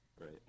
Right